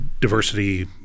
diversity